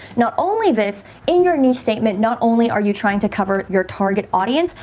not only this in your new statement, not only are you trying to cover your target audience,